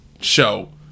show